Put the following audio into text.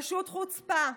פשוט חוצפה.